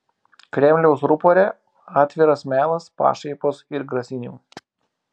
kremliaus rupore atviras melas pašaipos ir grasinimai